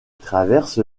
traverse